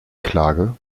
klage